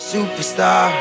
Superstar